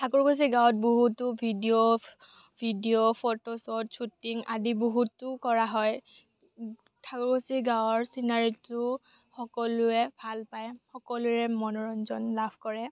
ঠাকুৰকুছি গাঁৱত বহুতো video video photoshoot shooting আদি বহুতো কৰা হয় ঠাকুৰকুছি গাঁৱৰ ছিনাৰিটো সকলোৱে ভাল পায় সকলোৱে মনোৰঞ্জন লাভ কৰে